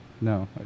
No